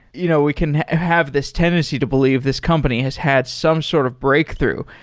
you know we can have this tendency to believe this company has had some sort of breakthrough.